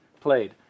played